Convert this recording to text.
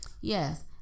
Yes